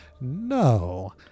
No